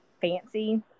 fancy